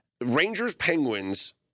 Rangers-Penguins